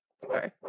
Sorry